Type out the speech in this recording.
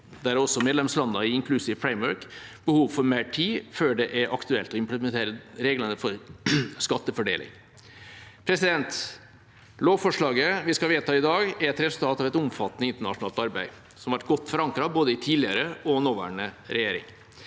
Der har medlemslandene i Inclusive Framework behov for mer tid før det er aktuelt å implementere reglene for skattefordeling. Lovforslaget vi skal vedta i dag, er et resultat av et omfattende internasjonalt arbeid, som har vært godt forankret både i tidligere og nåværende regjering.